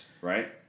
right